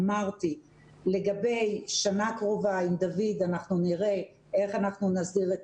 אמרתי לגבי השנה הקרובה עם דויד אנחנו נראה איך אנחנו נסדיר את